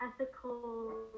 ethical